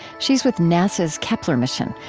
she's with nasa's kepler mission,